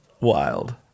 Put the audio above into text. Wild